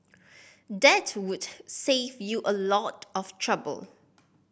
that would save you a lot of trouble